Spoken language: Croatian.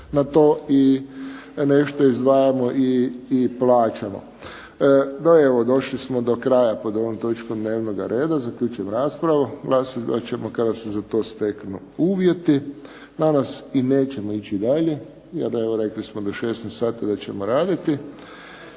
na to i nešto izdvajamo i plaćamo. No evo, došli smo do kraja pod ovom točkom dnevnoga reda. Zaključujem raspravu. Glasovat ćemo kada se za to steknu uvjeti. Danas i nećemo ići dalje jer evo rekli smo do 16 sati da ćemo raditi.